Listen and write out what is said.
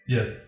Yes